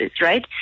right